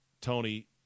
Tony